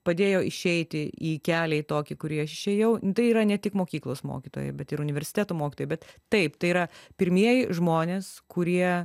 padėjo išeiti į kelią į tokį kurį aš išėjau tai yra ne tik mokyklos mokytojai bet ir universiteto mokytojai bet taip tai yra pirmieji žmonės kurie